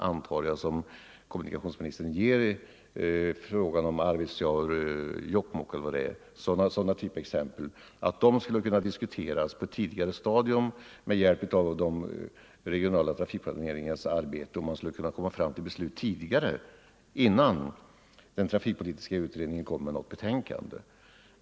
Han förklarade att sådana banor som exempelvis Jokk 26 november 1974 mokk-Arvidsjaur skulle kunna diskuteras på ett tidigare stadiumiden = regionala trafikplaneringen. Man skulle på det sättet kunna komma fram Ang. nedläggningen till beslut innan den trafikpolitiska utredningen har framlagt sitt betän — av olönsam kande.